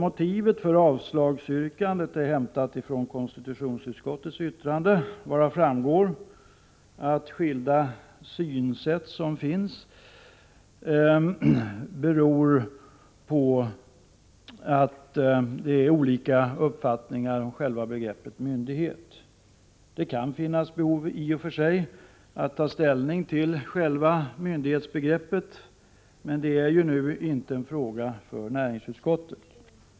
Motivet för avslagsyrkandet är hämtat från konstitutionsutskottets yttrande, varav framgår att de skilda synsätt som finns beror på olika uppfattningar om själva begreppet myndighet. Det kan i och för sig finnas behov av att ta ställning till själva myndighetsbegreppet, men det är ju nu inte en fråga för näringsutskottet.